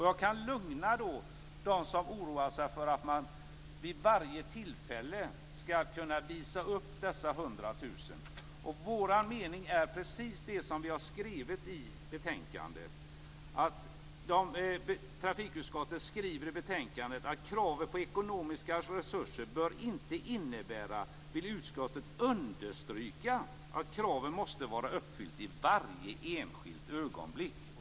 Jag kan lugna dem som oroar sig för att man vid varje tillfälle skall kunna visa upp dessa 100 000 kr. Trafikutskottet har skrivit i betänkandet att utskottet vill understryka att kravet på ekonomiska resurser inte bör innebära att kravet måste vara uppfyllt i varje enskilt ögonblick.